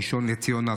הראשון לציון,